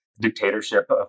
dictatorship